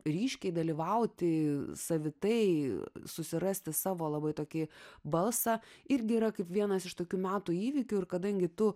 ryškiai dalyvauti savitai susirasti savo labai tokį balsą irgi yra kaip vienas iš tokių metų įvykių ir kadangi tu